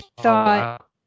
thought